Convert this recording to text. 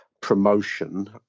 promotion